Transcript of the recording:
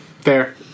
Fair